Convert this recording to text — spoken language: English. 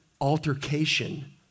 altercation